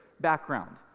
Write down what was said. background